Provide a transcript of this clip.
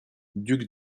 duc